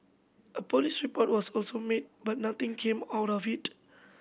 a police report was also made but nothing came out of it